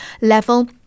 level